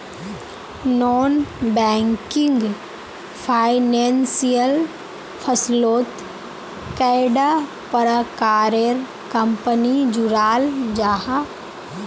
Non banking financial फसलोत कैडा प्रकारेर कंपनी जुराल जाहा?